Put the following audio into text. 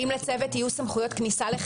באמנת האו"ם בדבר זכויותיהם של אנשים עם מוגבלות,